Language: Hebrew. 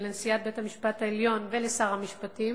לנשיאת בית-המשפט העליון ולשר המשפטים